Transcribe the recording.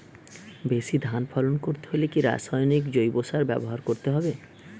বেশি ধান ফলন করতে হলে কি রাসায়নিক জৈব সার ব্যবহার করতে হবে?